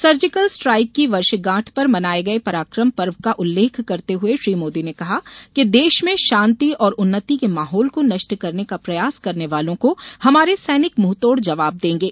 surgical strike की वर्षगांठ पर मनाये गये पराकम पर्व का उल्लेख करते हुए श्री मोदी ने कहा कि देश में शांति और उन्नति के माहौल को नष्ट करने का प्रयास करने वालों को हमारे सैनिक मुंहतोड़ जबाब देंगे